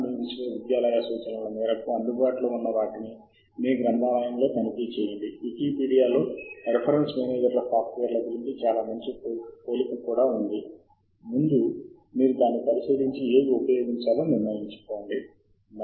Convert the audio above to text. ఇప్పుడు సమాచారము ఒక బిబ్ ఫైల్ రూపములో అందుబాటులో ఉంది అప్పుడు మీరు నేరుగా లాటెక్స్ను ఉపయోగించవచ్చు ఆపై ఆ సూచనలను వ్యాసం లోనికి లేదా మీరు బిబ్ ఫైల్ను XML ఆకృతికి ఎగుమతి చేయడానికి JabRef సాఫ్ట్వేర్ను ఉపయోగించవచ్చు ఆపై మైక్రోసాఫ్ట్ ఆఫీస్లోని ఆ XML డేటాను ఉపయోగించండి ఉదాహరణకు మీ వ్యాసం రాయడానికి